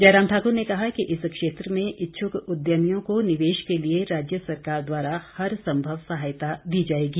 जयराम ठाकुर ने कहा कि इस क्षेत्र में इच्छुग उद्यमियों को निवेश के लिए राज्य सरकार द्वारा हर संभव सहायता दी जाएगी